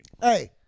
Hey